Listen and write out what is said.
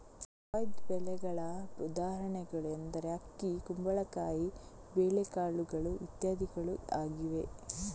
ಝೈದ್ ಬೆಳೆಗಳ ಉದಾಹರಣೆಗಳು ಎಂದರೆ ಅಕ್ಕಿ, ಕುಂಬಳಕಾಯಿ, ಬೇಳೆಕಾಳುಗಳು ಇತ್ಯಾದಿಗಳು ಆಗಿವೆ